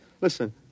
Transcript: Listen